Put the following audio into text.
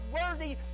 worthy